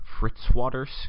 Fritzwaters